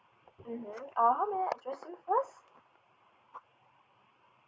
mmhmm uh how may I address you first